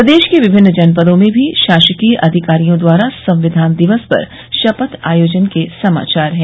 प्रदेश के विभिन्न जनपदों में भी शासकीय अधिकारियों द्वारा संविधान दिवस पर शपथ आयोजन के समाचार है